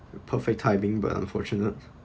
perfect timing but unfortunate